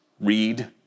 read